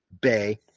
Bay